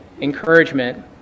encouragement